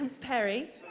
Perry